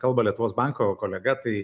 kalba lietuvos banko kolega tai